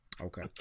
Okay